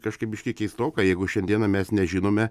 kažkaip biškį keistoka jeigu šiandieną mes nežinome